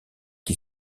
qui